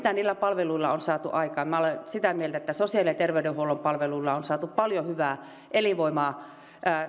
mitä niillä palveluilla on saatu aikaan minä olen sitä mieltä että sosiaali ja terveydenhuollon palveluilla on saatu paljon hyvää elinvoimaa